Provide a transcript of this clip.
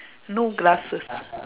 no glasses